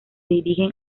dirigen